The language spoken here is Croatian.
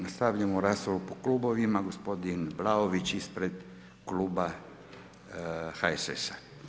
Nastavljamo raspravu po klubovima, gospodin Vlaović ispred Kluba HSS-a.